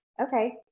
okay